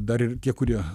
dar ir tie kurie